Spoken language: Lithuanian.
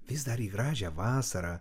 vis dar į gražią vasarą